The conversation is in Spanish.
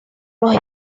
los